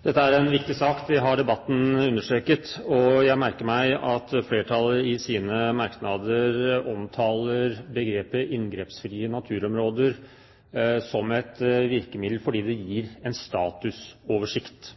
Dette er en viktig sak, det har debatten understreket. Og jeg merker meg at flertallet i sine merknader omtaler begrepet «inngrepsfrie naturområder» som et virkemiddel fordi det gir en statusoversikt.